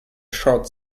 short